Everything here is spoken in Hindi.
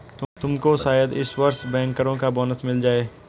तुमको शायद इस वर्ष बैंकरों का बोनस मिल जाए